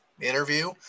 interview